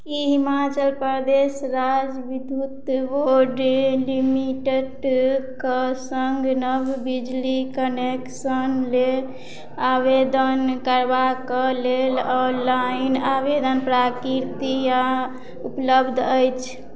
की हिमाचल प्रदेश राज्य विद्युत बोर्ड लिमिटेडके सङ्ग नव बिजली कनेक्शन लेल आवेदन करबाक लेल ऑनलाइन आवेदन प्राकृति या उपलब्ध अछि